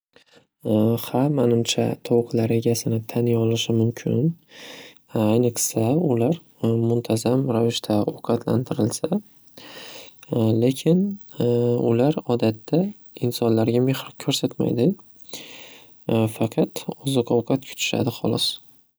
Ha manimcha tovuqlar egasini taniy olishi mumkin, ayniqsa muntazam ravishda ovqatlantirilsa. Lekin ular odatda insonlarga mehr ko‘rsatmaydi, faqat oziq ovqat kutishadi holos.